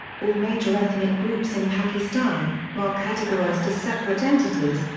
all major ethnic groups in pakistan, while categorized as separate entities,